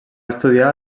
estudiar